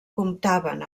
comptaven